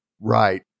Right